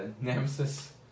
nemesis